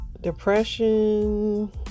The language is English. depression